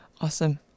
Awesome